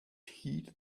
heed